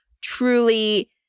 truly